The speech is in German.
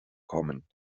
kommen